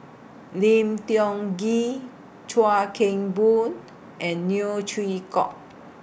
Lim Tiong Ghee Chuan Keng Boon and Neo Chwee Kok